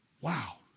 Wow